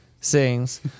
sings